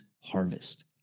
harvest